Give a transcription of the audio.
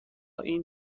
این